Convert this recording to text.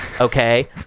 Okay